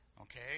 okay